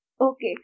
Okay